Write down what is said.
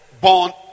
born